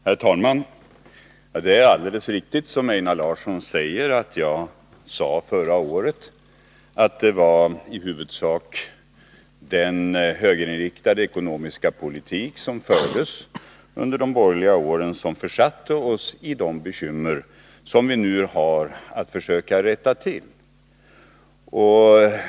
Herr talman! Det är alldeles riktigt, Einar Larsson, att jag förra året sade att det i huvudsak var den högerinriktade ekonomiska politik vilken fördes under de borgerliga åren som försatte oss i de bekymmer som vi nu har att försöka rätta till.